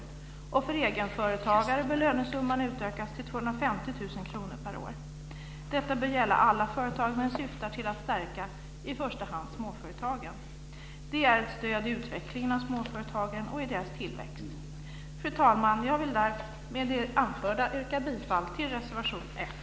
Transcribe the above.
För egenföretagare bör lönesumman utökas till 250 000 kr per år. Detta bör gälla alla företag men syftar i första hand till att stärka småföretagen. Det är ett stöd i utvecklingen av småföretagen och i deras tillväxt. Fru talman! Jag vill med det anförda yrka bifall till reservation 1.